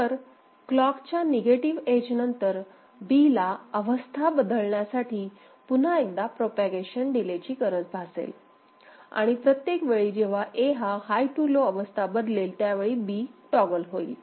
तर क्लॉकच्या negative edge नंतर B ला अवस्था बदलण्यासाठी साठी पुन्हा एकदा प्रोपागेशन डिलेची गरज भासेल आणि प्रत्येक वेळी जेव्हा A हा हाय टू लो अवस्था बदलेल त्यावेळी B टॉगल होईल